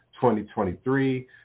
2023